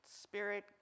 spirit